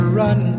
run